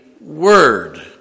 word